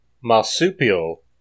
marsupial